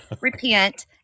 repent